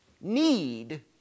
Need